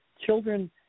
Children